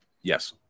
Yes